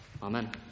Amen